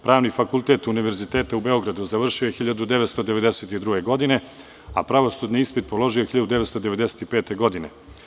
Pravni fakultet Univerziteta u Beogradu završio je 1992. godine, a pravosudni ispit položio je 1995. godine.